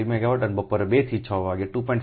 5 megawatt અને બપોરે 2 થી 6 વાગ્યે 2